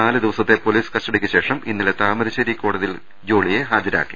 നാലുദി വസത്തെ പൊലീസ് കസ്റ്റഡിക്ക് ശേഷം ഇന്നലെ താമരശേരി കോടതിയിൽ ജോളിയെ ഹാജരാക്കി